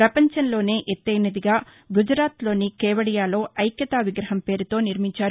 పపంచంలోనే ఎత్తెనదిగా గుజరాత్లోని కేవదియాలో ఐక్యతా విగ్రహం పేరుతో నిర్మించారు